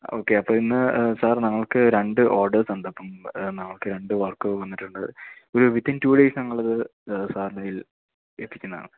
okay അപ്പോള് ഇന്ന് sir ഞങ്ങൾക്ക് രണ്ട് ഓർഡേഴ്സുണ്ട് അപ്പം നമുക്ക് രണ്ട് വർക്ക് വന്നിട്ടുണ്ട് ഒരു വിത്തിൻ ടു ഡേയ്സ് ഞങ്ങളത് സാറിൻ്റെ കയ്യിൽ എത്തിക്കുന്നതാണ്